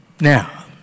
Now